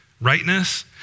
rightness